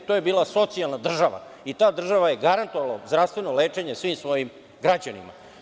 To je bila socijalna država i ta država je garantovala zdravstveno lečenje svim svojim građanima.